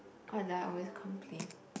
what do I always complain